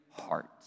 heart